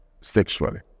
sexually